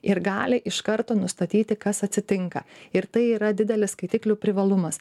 ir gali iš karto nustatyti kas atsitinka ir tai yra didelis skaitiklių privalumas